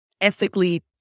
ethically